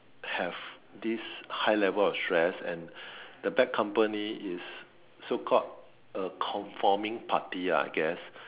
have this high level of stress and the bad company is so called a conforming party I guess